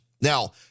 Now